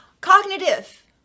cognitive